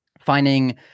finding